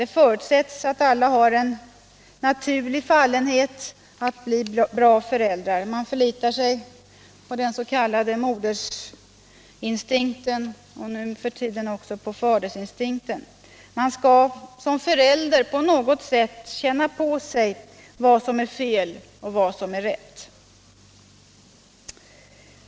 Det förutsätts att alla har naturlig fallenhet att bli bra föräldrar. Man förlitar sig på den s.k. modersinstinkten, och nu för tiden också på fadersinstinkten. Man skall som förälder på något sätt känna på sig vad som är fel och vad som är rätt.